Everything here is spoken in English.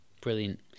Brilliant